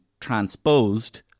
transposed